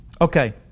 Okay